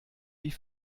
wie